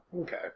Okay